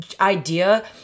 idea